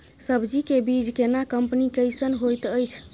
सब्जी के बीज केना कंपनी कैसन होयत अछि?